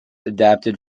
adapted